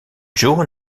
joe